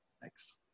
Thanks